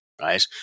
right